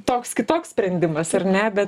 toks kitoks sprendimas ar ne bet supranti